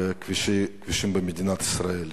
לצערנו הרב, בכבישים במדינת ישראל.